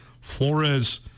Flores